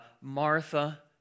Martha